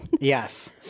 Yes